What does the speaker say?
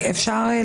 המספרי.